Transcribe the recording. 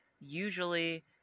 usually